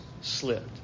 slipped